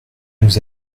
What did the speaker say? nous